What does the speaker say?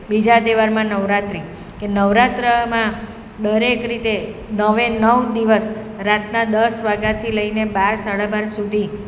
બીજા તહેવારમાં નવરાત્રિ કે નવરાત્રમાં દરેક રીતે નવે નવ દિવસ રાતના દસ વાગ્યાથી લઈને બાર સાડા બાર સુધી